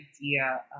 idea